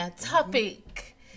topic